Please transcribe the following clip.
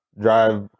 drive